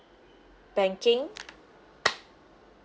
banking